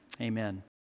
Amen